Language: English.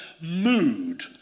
mood